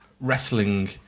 wrestling